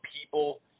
people